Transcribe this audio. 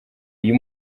uyu